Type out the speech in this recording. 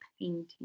painting